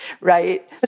right